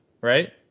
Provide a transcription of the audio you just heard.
right